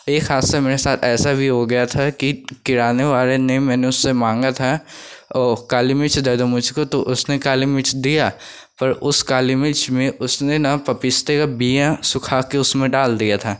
एक हादसा मेरे साथ ऐसा भी हो गया था कि किराने वाले ने मैंने उससे माँगा था औ काली मिर्च दे दो मुझको तो उसने काली मिर्च दिया पर उस काली मिर्च में उसने न पपिस्ते का बियां सुखा के उसमें डाल दिया था